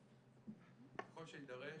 ככל שיידרש,